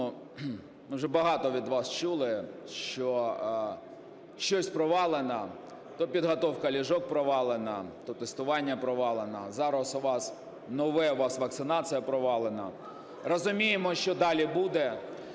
Уже багато від вас чули, що щось провалено, то підготовка ліжок провалена, то тестування провалено, зараз у вас нове – у вас вакцинація провалена. Розуміємо, що далі буде.